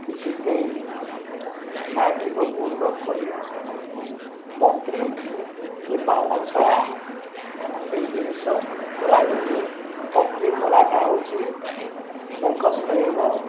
କିଛି ଦେଇ ମାଟିକୁ ଗୁଣ୍ଡ କରି ବତ୍ରି କିମ୍ବା ଏଇ ଜିନିଷ ବତ୍ରି ପଲ୍ହାଟା ହଉଚି ରହିବ